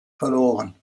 verloren